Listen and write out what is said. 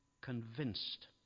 convinced